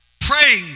praying